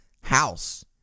house